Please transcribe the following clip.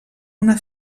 una